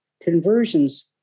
conversions